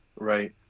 right